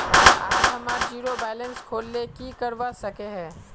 आप हमार zero balance खोल ले की करवा सके है?